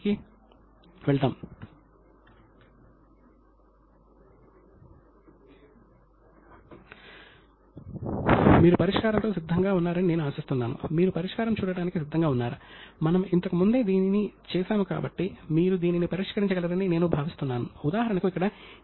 కావున వ్యాపారం వాణిజ్యం అమ్మకాలు కొనుగోళ్లు మరియు పరిశ్రమలు అన్నీ ప్రాచీన భారతదేశంలో బాగా అభివృద్ధి చెందాయని మనం చూడవచ్చు